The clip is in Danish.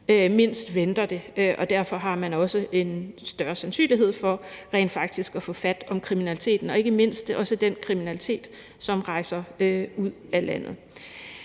mindst venter det, og man derfor rent faktisk også har en større sandsynlighed for at få fat om kriminaliteten og ikke mindst også den kriminalitet, som rejser ud af landet.